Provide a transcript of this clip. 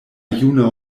juna